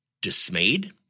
dismayed